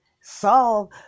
solve